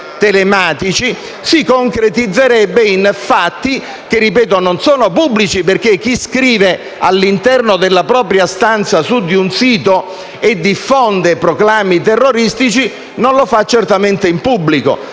telematici, si concretizzerebbe in fatti che - ripeto - non sono pubblici (chi scrive all'interno della propria stanza su un sito diffondendo proclami terroristici non lo fa certamente in pubblico),